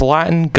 Latin